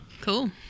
Cool